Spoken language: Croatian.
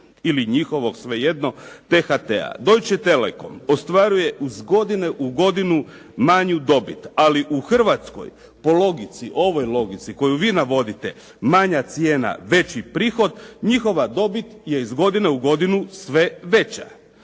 ili njihovog, svejedno, T-HT-a. Deutsche telecom ostvaruje iz godine u godinu manju dobit, ali u Hrvatskoj po logici, ovoj logici koju vi navodite, manja cijena-veći prihod, njihova dobit je iz godine u godinu sve veća.